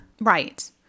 Right